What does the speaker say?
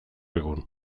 egun